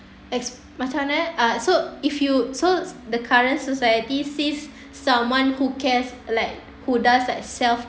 esp~ macam mana eh uh so if you so the current society sees someone who cares like who does like self